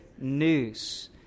news